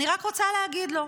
אני רק רוצה להגיד לו,